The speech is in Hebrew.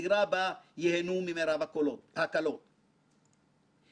יש להעניק "שיניים" וסמכויות חקירה לפיקוח על